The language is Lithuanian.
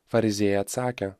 fariziejai atsakė